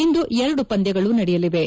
ಇಂದು ಎರಡು ಪಂದ್ಯಗಳು ನಡೆಯಲಿವೆ